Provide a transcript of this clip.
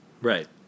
right